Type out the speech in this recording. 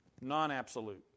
non-absolute